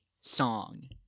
song